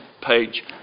page